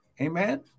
Amen